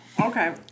Okay